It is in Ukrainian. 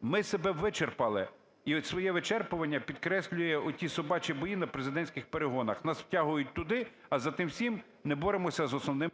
Ми себе вичерпали. І от своє вичерпування підкреслює оті собачі бої на президентських перегонах, нас втягують туди, а за тим всім не боремося з основним...